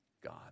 God